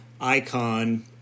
icon